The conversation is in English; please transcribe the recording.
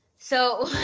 so.